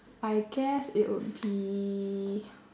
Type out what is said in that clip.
I guess it would be